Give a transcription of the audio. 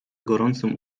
gorącym